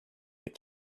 get